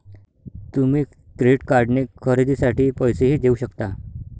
तुम्ही क्रेडिट कार्डने खरेदीसाठी पैसेही देऊ शकता